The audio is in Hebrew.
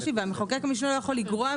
ומחוקק המשנה לא יכול לגרוע.